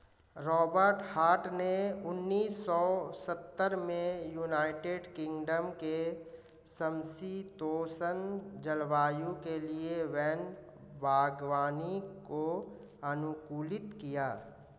Robert Hart ने उन्नीस सौ सत्तर में यूनाइटेड किंगडम के समषीतोष्ण जलवायु के लिए वैन बागवानी को अनुकूलित किया